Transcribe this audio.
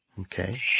Okay